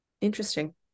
Interesting